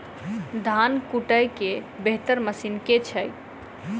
धान कुटय केँ बेहतर मशीन केँ छै?